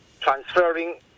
transferring